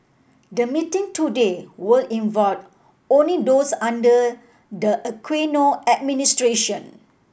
the meeting today will involve only those under the Aquino administration